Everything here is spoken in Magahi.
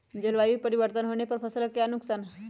जलवायु परिवर्तन होने पर फसल का क्या नुकसान है?